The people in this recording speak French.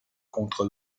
contre